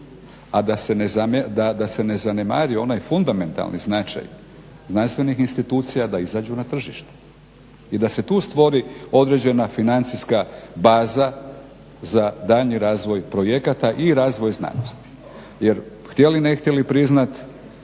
a da se ne zanemari onaj fundamentalni značaj znanstvenih institucija da izađu na tržište i da se tu stvori određena financijska baza za daljnji razvoj projekta i razvoj znanosti. Jer htjeli ne htjeli priznati